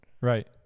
Right